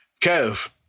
Kev